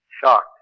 shocked